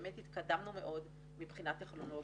באמת התקדמנו מאוד מבחינה טכנולוגית,